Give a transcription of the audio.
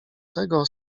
tego